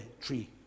tree